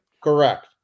Correct